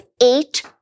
eight